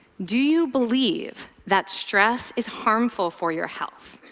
do you believe that stress is harmful for your health?